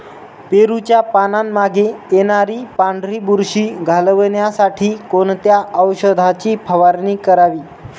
पेरूच्या पानांमागे येणारी पांढरी बुरशी घालवण्यासाठी कोणत्या औषधाची फवारणी करावी?